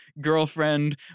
girlfriend